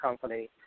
company